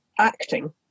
acting